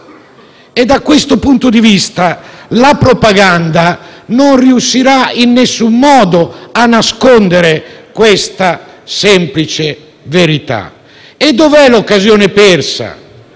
e, da questo punto di vista, la propaganda non riuscirà in nessun modo a nascondere questa semplice verità. Dov'è allora l'occasione persa?